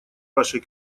вашей